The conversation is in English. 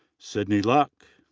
sydney luk,